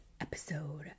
episode